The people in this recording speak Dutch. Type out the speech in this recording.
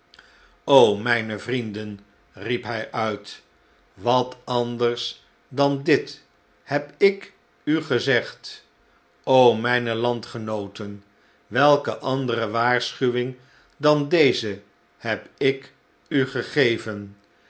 mijne vrienden riep hij uit wat anders dan dit heb ik u gezegd mijne landgenooten welke andere waarschuwing dan deze heb ik u gegeven